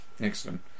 excellent